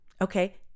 Okay